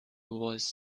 was